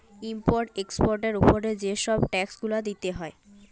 import এক্সপর্টের উপরে যে ছব ট্যাক্স গুলা দিতে হ্যয়